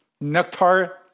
Nectar